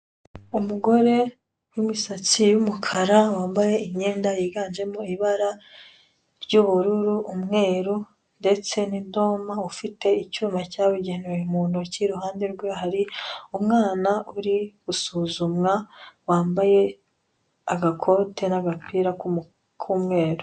Umugore w'imisatsi y'umukara wambaye imyenda yiganjemo ibara ry'ubururu, umweru ndetse n'idoma ufite icyuma cyabugenewe mu ntoki uruhande rwe hari umwana uri gusuzumwa wambaye agakote n'agapira k'umweru.